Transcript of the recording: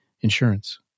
insurance